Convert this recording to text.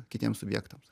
kitiems subjektams